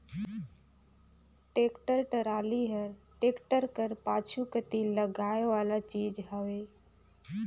tractor trolley हर tractor कर पाछू कती लगाए वाला चीज हवे